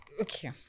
Okay